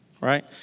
right